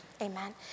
Amen